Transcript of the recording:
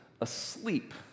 asleep